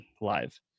live